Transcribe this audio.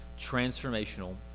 transformational